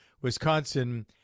Wisconsin